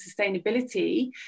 sustainability